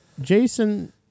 jason